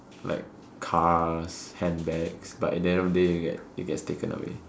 like cars handbags but in the end of the day it gets taken away